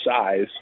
size